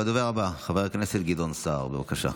הדובר הבא, חבר הכנסת גדעון סער, בבקשה.